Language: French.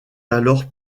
alors